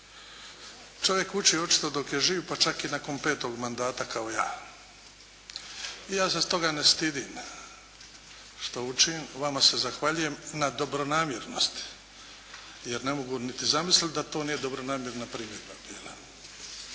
Čovjek uči očito dok je živ pa čak i nakon 5. mandata kao ja. Ja se toga ne stidim što učim. Vama se zahvaljujem na dobronamjernosti jer ne mogu niti zamisliti da to nije dobronamjerna primjedba